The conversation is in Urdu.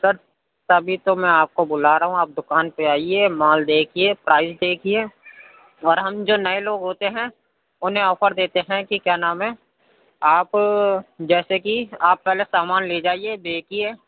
سر تبھی تو میں آپ کو بُلا رہا ہوں آپ دُکان پہ آئیے مال دیکھیے پرائز دیکھیے اور ہم جو نئے لوگ ہوتے ہیں اُنہیں آفر دیتے ہیں کہ کیا نام ہے آپ جیسے کہ آپ پہلے سامان لے جائیے دیکھیے